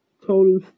Total